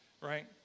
right